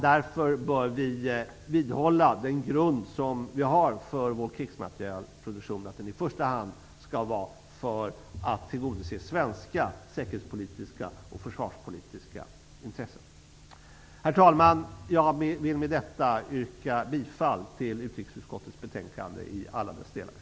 Därför bör vi vidhålla den grund som vi har för vår krigsmaterielproduktion, att den i första hand skall tillgodose svenska säkerhetspolitiska och försvarspolitiska intressen. Herr talman! Jag vill med det yrka bifall till utrikesutskottets hemställan i alla dess delar.